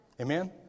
Amen